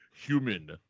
human